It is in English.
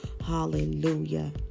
Hallelujah